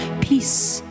Peace